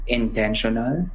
intentional